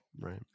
Right